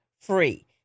free